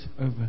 over